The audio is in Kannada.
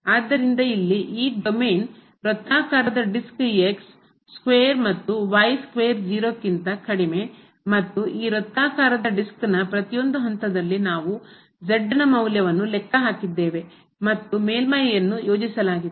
ಆದ್ದರಿಂದ ಇಲ್ಲಿ ಈ ಡೊಮೇನ್ ವೃತ್ತಾಕಾರದ ಡಿಸ್ಕ್ ಸ್ಕ್ವೇರ್ ಮತ್ತು y ಸ್ಕ್ವೇರ್ 0 ಕ್ಕಿಂತ ಕಡಿಮೆ ಮತ್ತು ಈ ವೃತ್ತಾಕಾರದ ಡಿಸ್ಕ್ನ ಪ್ರತಿಯೊಂದು ಹಂತದಲ್ಲಿ ನಾವು ನ ಮೌಲ್ಯವನ್ನು ಲೆಕ್ಕ ಹಾಕಿದ್ದೇವೆ ಮತ್ತು ಮೇಲ್ಮೈಯನ್ನು ಯೋಜಿಸಲಾಗಿದೆ